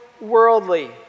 worldly